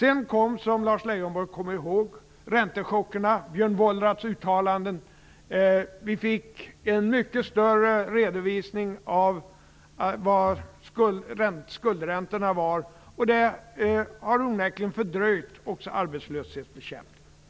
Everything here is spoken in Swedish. Sedan kom, som Lars Leijonborg säkert kommer ihåg, Björn Wolraths uttalanden och räntechockerna, och vi fick mycket större skuldräntor. Det har onekligen fördröjt också arbetslöshetsbekämpningen.